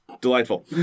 delightful